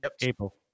April